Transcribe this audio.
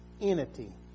entity